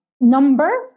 number